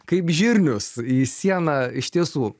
kaip žirnius į sieną iš tiesų